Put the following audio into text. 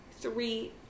three-